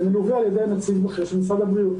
וזה מלווה על ידי נציג בכיר של משרד הבריאות.